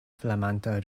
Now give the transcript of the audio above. flamanta